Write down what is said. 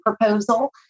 proposal